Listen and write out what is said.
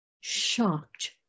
shocked